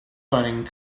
coding